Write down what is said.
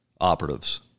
operatives